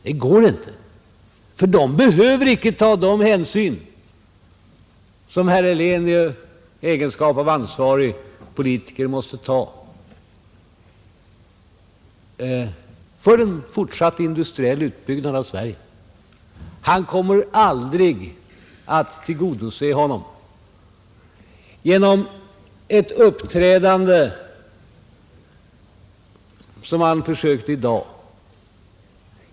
Det går inte, För de behöver inte ta de hänsyn som herr Helén i egenskap av ansvarig politiker måste ta för en fortsatt industriell utbyggnad av Sverige. Han kommer aldrig att kunna tillfredsställa dem genom ett uppträdande som det han försökte sig på här i dag.